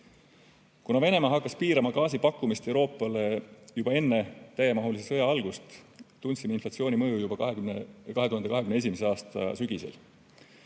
Kuna Venemaa hakkas piirama gaasi pakkumist Euroopale juba enne täiemahulise sõja algust, tundsime inflatsiooni mõju juba 2021. aasta sügisel.